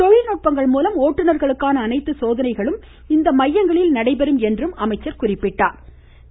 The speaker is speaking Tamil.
தொழில்நுட்பங்கள் மூலம் ஓட்டுனர்களுக்கான அனைத்து சோதனைகளும் இம்மையத்தில் நடைபெறும் என்றார்